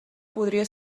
podria